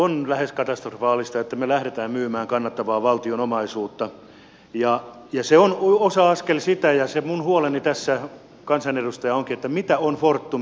on lähes katastrofaalista että me lähdemme myymään kannattavaa valtion omaisuutta tämä on askel siinä ja se minun huoleni tässä kansanedustajana onkin mitä on fortum tämän jälkeen